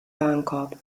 warenkorb